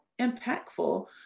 impactful